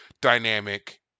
dynamic